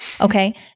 okay